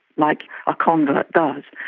like a convert does.